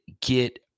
get